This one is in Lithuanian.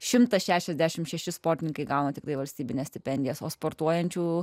šimtas šešiasdešimt šeši sportininkai gauna tiktai valstybines stipendijas o sportuojančių